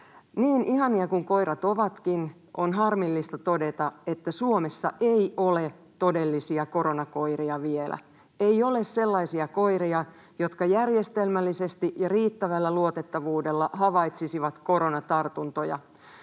Niin ihania kuin koirat ovatkin, on harmillista todeta, että Suomessa ei vielä ole todellisia koronakoiria. Ei ole sellaisia koiria, jotka järjestelmällisesti ja riittävällä luotettavuudella havaitsisivat koronatartuntoja.